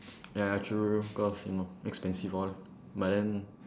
ya ya true cause you know expensive lor but then